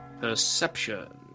Perception